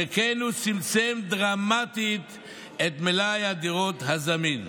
שכן הוא צמצם דרמטית את מלאי הדירות הזמין.